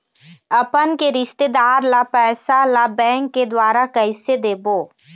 अपन के रिश्तेदार ला पैसा ला बैंक के द्वारा कैसे देबो?